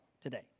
today